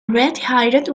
redhaired